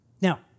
Now